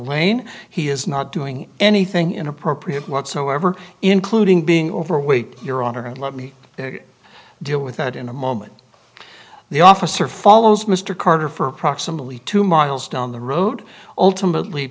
lane he is not doing anything inappropriate whatsoever including being overweight your honor and let me deal with that in a moment the officer follows mr carter for approximately two miles down the road ultimately